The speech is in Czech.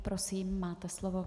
Prosím, máte slovo.